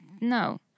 No